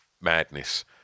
madness